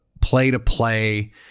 play-to-play